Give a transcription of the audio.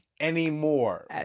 anymore